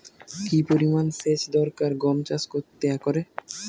কি পরিমান সেচ দরকার গম চাষ করতে একরে?